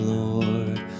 Lord